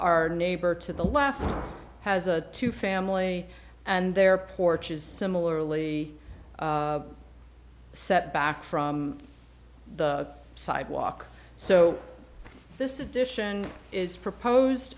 our neighbor to the left has a two family and their porches similarly set back from the sidewalk so this edition is proposed